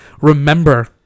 remember